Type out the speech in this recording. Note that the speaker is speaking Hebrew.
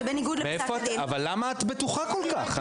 אבל למה את בטוחה כל כך?